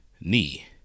knee